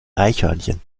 eichhörnchen